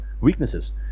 weaknesses